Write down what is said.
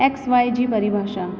x Y जी परिभाषा